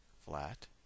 flat